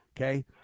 Okay